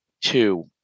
two